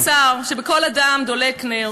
לא, קצר, שבכל אדם דולק נר,